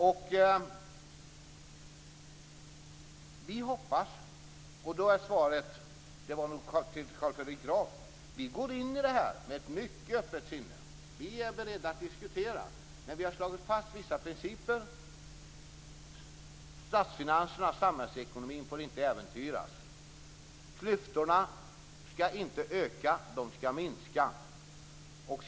Till Carl Fredrik Graf vill jag säga att vi går in i detta med ett mycket öppet sinne. Vi är beredda att diskutera, men vi har slagit fast vissa principer: Statsfinanserna och samhällsekonomin får inte äventyras. Klyftorna får inte öka, de skall minska.